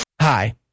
Hi